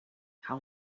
how